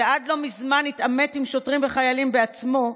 שעד לא מזמן התעמת עם שוטרים וחיילים בעצמו,